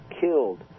killed